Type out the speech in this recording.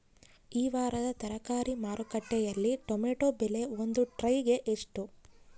ಈ ವಾರದ ತರಕಾರಿ ಮಾರುಕಟ್ಟೆಯಲ್ಲಿ ಟೊಮೆಟೊ ಬೆಲೆ ಒಂದು ಟ್ರೈ ಗೆ ಎಷ್ಟು?